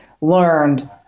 learned